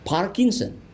Parkinson